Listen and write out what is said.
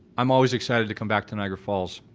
i'm always excited to come back to niagara falls